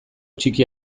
txiki